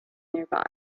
nearby